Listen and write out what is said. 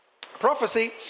Prophecy